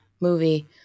Movie